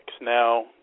Now